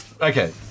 okay